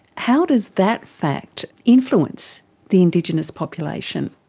how does that fact influence the indigenous population?